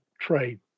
trade